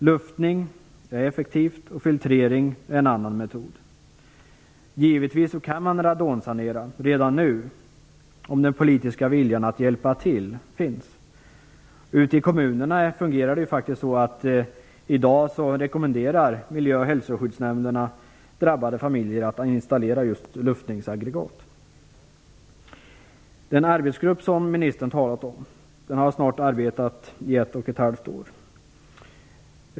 Luftning är en effektiv metod, filtrering är en annan metod. Givetvis kan man radonsanera redan nu om den politiska viljan att hjälpa till finns. Ute i kommunerna fungerar det så att miljö och hälsoskyddsnämnderna rekommenderar i dag drabbade familjer att installera luftningsaggregat. Den arbetsgrupp som ministern talar om har snart arbetat i ett och ett halvt år.